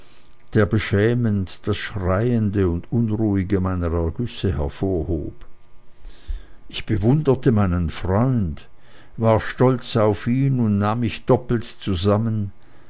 der beschämend das schreiende und unruhige meiner ergüsse hervorhob ich bewunderte meinen freund war stolz auf ihn und nahm mich doppelt zusammen